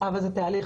אבל זה תהליך.